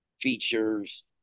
features